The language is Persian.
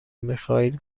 میخائیل